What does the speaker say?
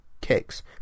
kicks